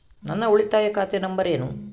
ನನ್ನ ಉಳಿತಾಯ ಖಾತೆ ನಂಬರ್ ಏನು?